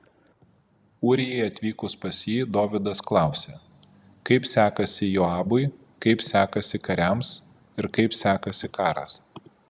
ūrijai atvykus pas jį dovydas klausė kaip sekasi joabui kaip sekasi kariams ir kaip sekasi karas